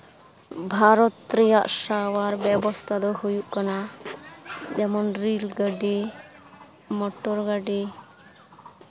ᱵᱷᱟᱨᱚᱛ ᱨᱮᱭᱟᱜ ᱥᱟᱶᱟᱨ ᱵᱮᱵᱚᱥᱛᱷᱟ ᱫᱚ ᱦᱩᱭᱩᱜ ᱠᱟᱱᱟ ᱡᱮᱢᱚᱱ ᱨᱤᱞ ᱜᱟᱹᱰᱤ ᱢᱚᱴᱚᱨ ᱜᱟᱹᱰᱤ